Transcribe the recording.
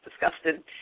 disgusted